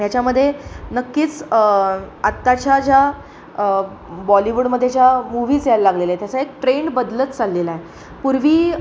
ह्याच्यामध्ये नक्कीच आत्ताच्या ज्या बॉलिवूडमध्ये ज्या मूवीज यायला लागलेल्या आहेत ह्याचा एक ट्रेंड बदलत चाललेला आहे पूर्वी